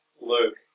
Luke